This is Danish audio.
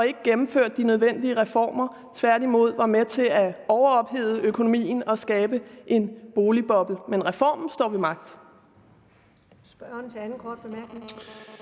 og gennemførte ikke de nødvendige reformer; tværtimod var de med til at overophede økonomien og skabe en boligboble. Men reformen står ved magt.